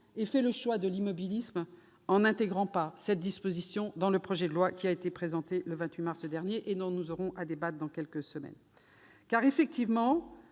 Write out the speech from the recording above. ait fait le choix de l'immobilisme, en n'intégrant pas cette disposition dans le projet de loi présenté le 28 mars dernier et dont nous aurons à débattre dans quelques semaines. Effectivement,